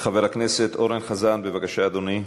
חבר הכנסת אורן חזן, בבקשה, אדוני.